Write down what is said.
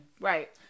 Right